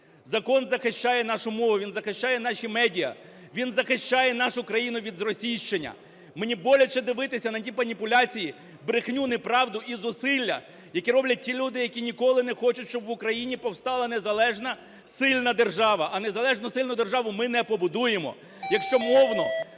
Закон захищає нашу мову, він захищає наші медіа. Він залишає нашу країну від зросійщення. Мені боляче дивитися на ті маніпуляції, брехню, неправду і зусилля, які роблять ті люди, які ніколи не хочуть, щоб в Україні повстала незалежна сильна держава. А незалежну сильну державу ми не побудуємо, якщо мовно,